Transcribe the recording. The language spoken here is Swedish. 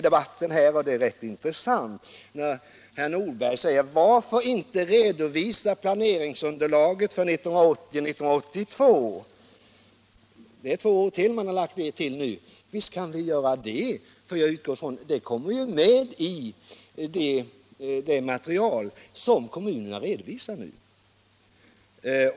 Det är rätt intressant när herr Nordberg nu frågar: Varför inte redovisa planeringsunderlaget för 1980-1982? Han lägger alltså till två år. Visst kan vi göra det, för jag utgår från att det kommer med i det material som kommunerna redovisar nu.